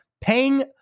paying